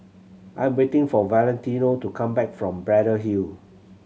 I am waiting for Valentino to come back from Braddell Hill